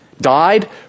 died